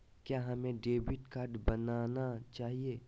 क्या हमें debit card बनाना चाहिए?